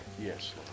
Yes